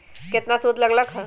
केतना सूद लग लक ह?